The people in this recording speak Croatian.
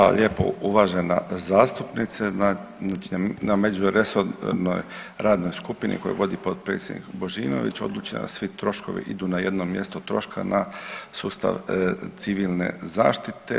Hvala lijepo uvažena zastupnice, znači na međuresornoj radnoj skupini koju vodi potpredsjednik Božinović odlučeno je da svi troškovi idu na jedno mjesto troška na sustav civilne zaštite.